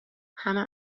همه